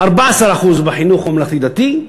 14% בחינוך הממלכתי-דתי,